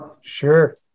Sure